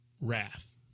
Wrath